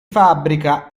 fabbrica